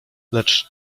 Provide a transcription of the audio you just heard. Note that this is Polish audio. lecz